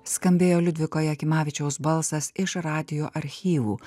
skambėjo liudviko jakimavičiaus balsas iš radijo archyvų